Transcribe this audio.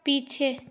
पीछे